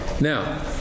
Now